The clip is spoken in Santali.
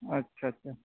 ᱟᱪᱷᱟ ᱟᱪᱷᱟ